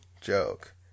joke